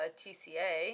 tca